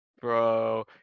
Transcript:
bro